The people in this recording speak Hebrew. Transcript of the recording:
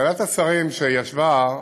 ועדת השרים שישבה,